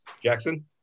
Jackson